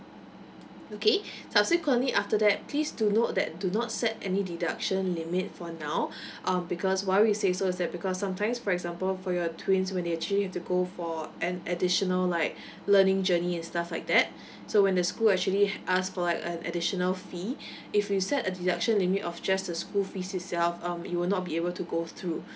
okay subsequently after that please do note that do not set any deduction limit for now um because why we say so is that because sometimes for example for your twins when they actually have to go for an additional like learning journey and stuff like that so when the school actually h~ ask for like an additional fee if you set a deduction limit of just the school fees itself um it will not be able to go through